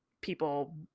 people